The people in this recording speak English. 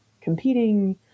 competing